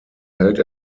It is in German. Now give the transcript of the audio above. hält